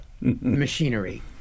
machinery